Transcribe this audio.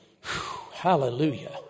Hallelujah